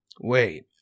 Wait